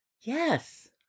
Yes